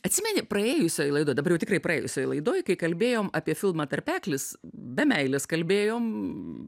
atsimeni praėjusioj laidoj dabar jau tikrai praėjusioj laidoj kai kalbėjom apie filmą tarpeklis be meilės kalbėjom